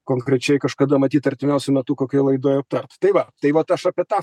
konkrečiai kažkada matyt artimiausiu metu kokioj laidoj aptart tai va tai vat aš apie tą